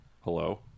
Hello